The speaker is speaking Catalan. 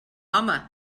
home